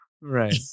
right